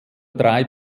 drei